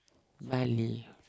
Bali